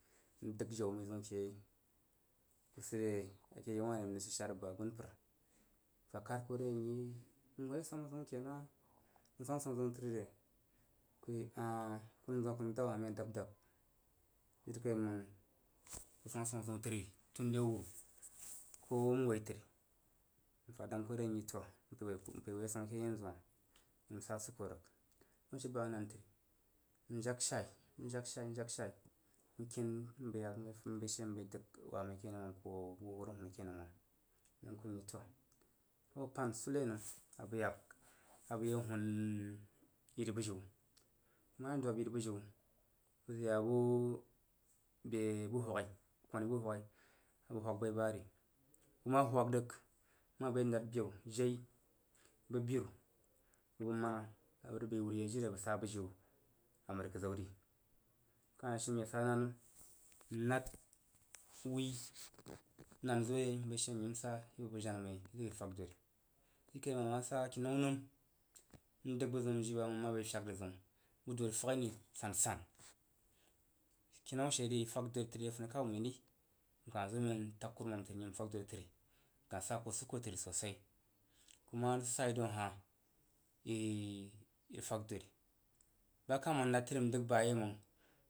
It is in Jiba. N dəg jau məi zəun she, ka sid re ke yau wah ri n rəg shad shor bəg agunpər n fa kad ko re nyi n woi ajwap zəun ke hah? A swamp a swamp zəun təri re? Ku yi ah wui jiri kai məng ku nəng rəg dab hah məi a dab dab wain jirikaiməng ka swamp aswamp zən təri tunre wuru ko n woi təri mfa dang ko re nyi toah mpəi wp a swamp ke yanzu hah nsa suko rəg. N jag shai n jag shai n jag shai n keen bəi yak n bəi dəg wa məi ke numom ko hoo bu rəg hun ke numom n fa dang ku nyi toah abəg pan sule nəm a bəg yak abə ye hun yiri bujiu bəg ma ye dwab yiri bujiu bəg zəg ye ya bo be bu huaghi koni bu huaghi abəg huagh bai ba ri. Bəg ma huagh rəg ma a bəg nad beu, shei, bəg, biru, bəg mana abəg rəg bəi wuri yei jiri a bəg sa bujiu a məri kədzan ri. Ka kah ya she nye sa na nəm, m nad wui nan zo yei n bəi she nyi sa ibəg bəg jena mai jiri a yi feg dori. Jiri kaiməng a ma sa kinnau nəm n dəg budiu njii bam n ma bəi tyak zəg zəun bu dori fagne san san. Kinnah she i fag dri təri re funikan məi ri n kah zo men n tag kurumam təri nyi fag dori təri nkah sa ku usuko təri sosai kuma rəg sa yi daun a hah i irəg fag dari. Ba kah ma nad təri n dəg baye məng